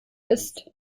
ist